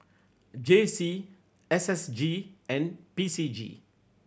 J C S S G and B C G